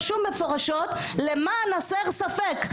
רשום מפורשות: "למען הסר ספק,